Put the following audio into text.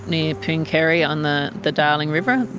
near pooncarie on the the darling river,